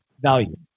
value